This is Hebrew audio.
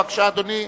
בבקשה, אדוני.